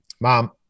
mom